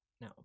No